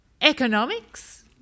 economics